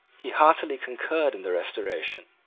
he heartily concurred in the restoration,